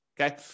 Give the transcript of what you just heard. okay